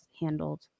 handled